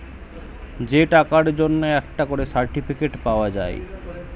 যে টাকার জন্যে একটা করে সার্টিফিকেট পাওয়া যায়